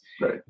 right